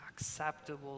acceptable